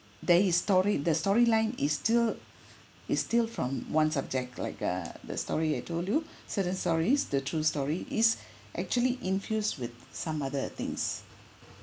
that historic the storyline is still is still from one subject like uh the story I told you certain stories the true story is actually infused with some other things